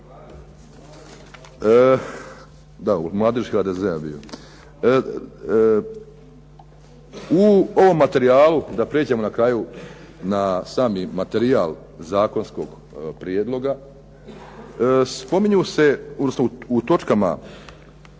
U ovom materijalu, da prijeđem na kraju na sami materijal zakonskog prijedloga spominju se, odnosno